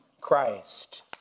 Christ